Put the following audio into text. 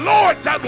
Lord